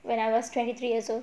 when I was twenty three years old